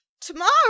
tomorrow